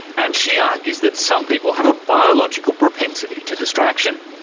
and she argues that some people have a biological propensity to distraction,